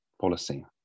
policy